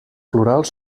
florals